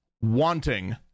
wanting